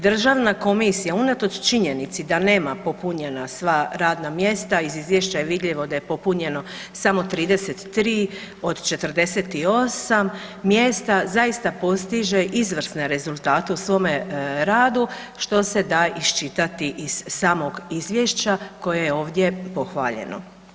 Državna komisija unatoč činjenici da nema popunjena sva radna mjesta, iz izvješća je vidljivo da je popunjeno samo 33 od 48 mjesta, zaista postiže izvrsne rezultate u svome radu, što se da iščitati iz samog izvješća koje je ovdje pohvaljeno.